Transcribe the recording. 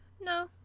no